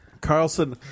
Carlson